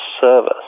service